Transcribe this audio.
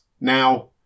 Now